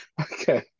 Okay